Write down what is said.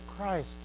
Christ